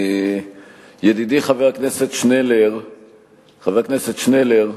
ידידי חבר הכנסת שנלר,